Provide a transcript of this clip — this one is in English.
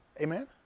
Amen